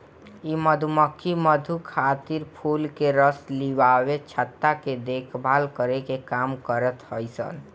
इ मधुमक्खी मधु खातिर फूल के रस लियावे, छत्ता के देखभाल करे के काम करत हई सन